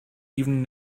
even